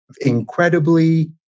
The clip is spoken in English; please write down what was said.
incredibly